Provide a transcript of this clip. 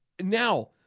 now